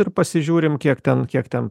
ir pasižiūrim kiek ten kiek ten